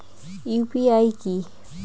UPI কি?